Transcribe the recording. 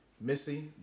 Missy